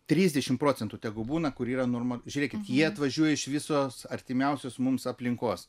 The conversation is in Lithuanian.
trisdešimt procentų tegu būna kur yra norma žiūrėkit jie atvažiuoja iš visos artimiausios mums aplinkos